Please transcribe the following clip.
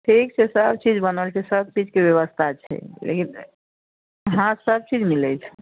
ठीक छै सबचीज बनल छै सबचीजके ब्यवस्था छै लेकिन हँ सबचीज मिलैत छै